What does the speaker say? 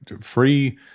free